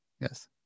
Yes